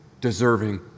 deserving